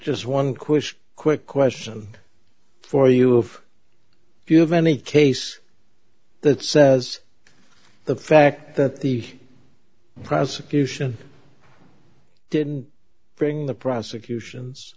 just one quick quick question for you if you have any case that says the fact that the prosecution didn't bring the prosecutions